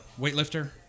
weightlifter